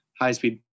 high-speed